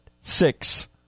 six